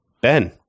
Ben